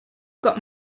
got